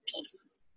peace